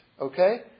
okay